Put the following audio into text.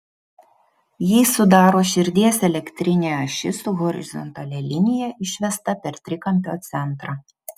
jį sudaro širdies elektrinė ašis su horizontalia linija išvesta per trikampio centrą